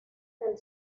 del